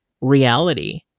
reality